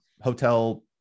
hotel